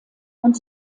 und